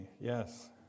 Yes